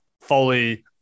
fully